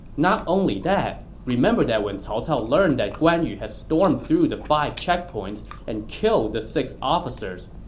not only that, remember that when cao cao learned that guan yu had stormed through the five checkpoints and killed the six officers,